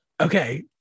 okay